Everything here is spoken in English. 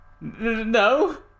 No